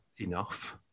enough